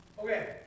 Okay